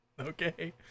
Okay